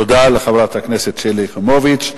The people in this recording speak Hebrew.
תודה לחברת הכנסת שלי יחימוביץ.